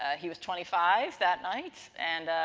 ah he was twenty five that night. and,